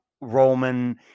Roman